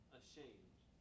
ashamed